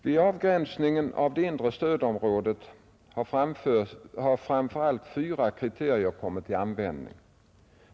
Vid avgränsningen av det inre stödområdet har framför allt fyra kriterier kommit till användning.